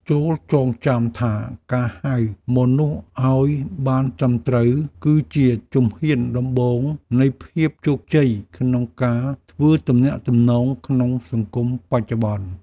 ចូរចងចាំថាការហៅមនុស្សឱ្យបានត្រឹមត្រូវ គឺជាជំហានដំបូងនៃភាពជោគជ័យក្នុងការធ្វើទំនាក់ទំនងក្នុងសង្គមបច្ចុប្បន្ន។